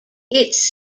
its